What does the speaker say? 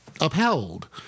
upheld